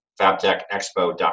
fabtechexpo.com